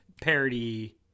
parody